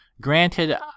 Granted